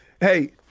Hey